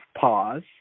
pause